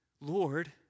Lord